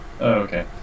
Okay